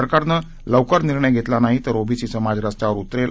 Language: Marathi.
सरकारनं लवकर निर्णय घेतला नाही तर ओबीसी समाज रस्त्यावर उतरेल